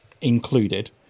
included